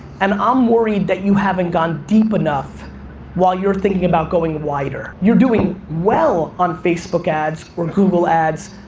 and i'm worried that you haven't gone deep enough while you're thinking about going wider. you're doing well on facebook ads, or google ads,